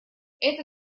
это